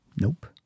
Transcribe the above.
Nope